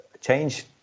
change